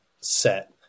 set